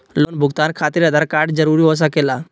Loan भुगतान खातिर Aadhaar card जरूरी हो सके ला?